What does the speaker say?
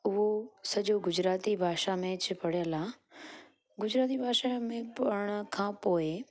उहो सॼो गुजराती भाषा में ज पढ़ियल आहे गुजराती भाषा में पढ़ण खां पोइ